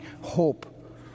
hope